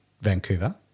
Vancouver